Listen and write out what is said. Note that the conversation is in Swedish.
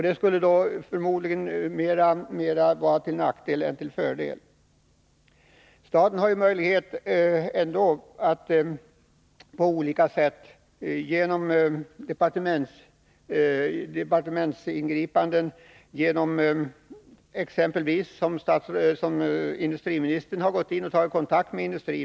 Det skulle förmodligen vara mer till nackdel än till fördel. Staten har ju ändå möjlighet att på olika sätt gripa in — genom departementsingripanden, genom exempelvis sådana kontakter som industriministern har gått in och tagit direkt med industri.